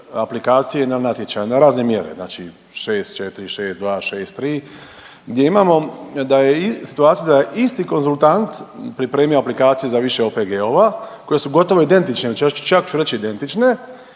natječaj na razne mjere, znači 6.4., 6.2, 6.3, gdje imamo da je, situaciju, da je isti konzultant pripremio aplikacije za više OPG-ova koje su gotovo identične, čak ću reći identične,